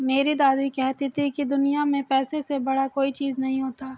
मेरी दादी कहती थी कि दुनिया में पैसे से बड़ा कोई चीज नहीं होता